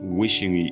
wishing